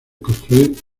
construir